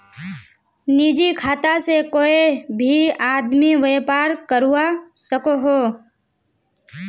निजी खाता से कोए भी आदमी व्यापार करवा सकोहो